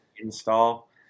install